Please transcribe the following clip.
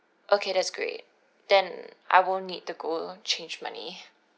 okay that's great then I won't need to go change money